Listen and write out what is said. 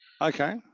Okay